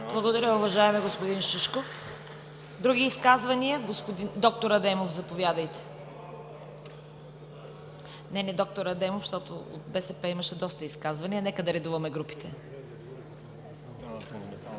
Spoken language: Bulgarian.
Благодаря, уважаеми господин Шишков. Други изказвания? Доктор Адемов, заповядайте. (Реплики.) Не, не, д-р Адемов, защото БСП имаше доста изказвания. Нека да редуваме групите.